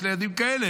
יש להן ילדים כאלה,